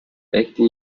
acting